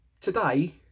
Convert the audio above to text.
today